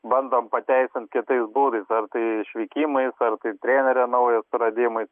bandom pateisint kitais būdais ar tai išvykimais ar tai trenerio naujo suradimai